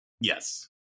Yes